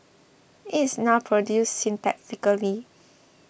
it is now produced synthetically